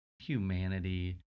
humanity